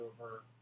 over